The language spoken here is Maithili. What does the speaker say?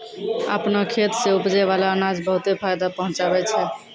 आपनो खेत सें उपजै बाला अनाज बहुते फायदा पहुँचावै छै